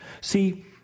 See